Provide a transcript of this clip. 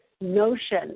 notion